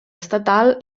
estatal